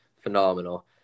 phenomenal